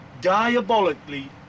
Diabolically